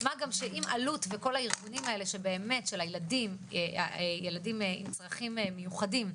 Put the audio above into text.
מה גם שאם אלו"ט וכל הארגונים של הילדים עם צרכים מיוחדים,